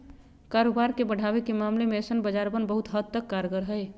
कारोबार के बढ़ावे के मामले में ऐसन बाजारवन बहुत हद तक कारगर हई